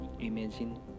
Imagine